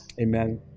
Amen